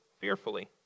fearfully